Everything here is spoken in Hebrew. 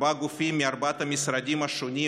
ארבעה גופים מארבעה משרדים שונים,